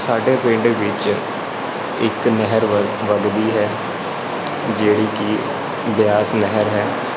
ਸਾਡੇ ਪਿੰਡ ਵਿੱਚ ਇੱਕ ਨਹਿਰ ਵੱਗ ਵੱਗਦੀ ਹੈ ਜਿਹੜੀ ਕਿ ਬਿਆਸ ਨਹਿਰ ਹੈ